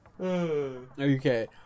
Okay